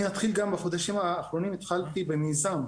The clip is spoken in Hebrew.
בחודשים האחרונים התחלתי במיזם,